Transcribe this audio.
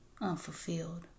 unfulfilled